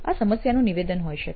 આ સમસ્યાનું નિવેદન હોય શકે